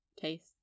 taste